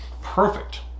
perfect